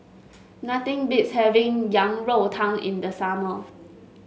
nothing beats having Yang Rou Tang in the summer